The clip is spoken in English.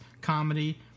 comedy